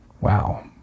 Wow